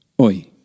oi